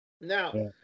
Now